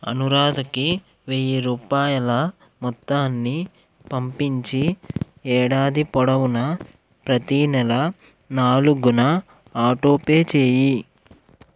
అనురాధకి వెయ్యి రూపాయల మొత్తాన్ని పంపించి ఏడాది పొడవునా ప్రతీ నెల నాలుగున ఆటోపే చేయి